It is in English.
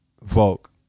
Volk